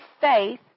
faith